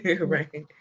right